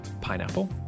pineapple